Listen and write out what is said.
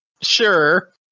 sure